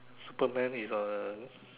Superman is uh